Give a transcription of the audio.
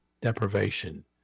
deprivation